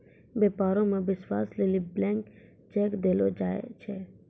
व्यापारो मे विश्वास लेली ब्लैंक चेक देलो जाय छै